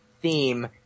theme